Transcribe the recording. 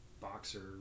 boxer